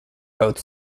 both